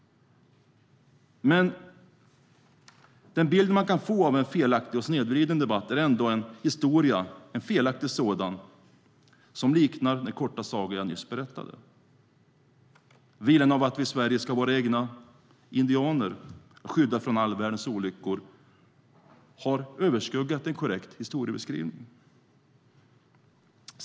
Men den bild som man kan få av en felaktig och snedvriden debatt är ändå en historia, en felaktig sådan, som liknar den korta saga som jag nyss berättade. Viljan att vi i Sverige ska ha våra egna "indianer" som ska skyddas från all världens olyckor har överskuggat en korrekt historieskrivning.